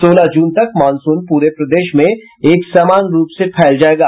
सोलह जून तक मानसून पूरे प्रदेश में एक समान रूप से फैल जायेगा